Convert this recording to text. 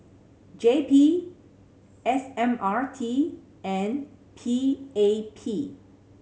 J P S M R T and P A P